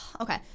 okay